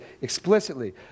explicitly